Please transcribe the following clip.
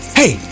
hey